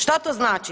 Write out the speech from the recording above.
Šta to znači?